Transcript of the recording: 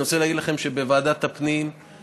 אני רוצה להגיד לכם שבוועדת הפנים כולם,